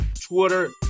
Twitter